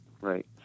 Right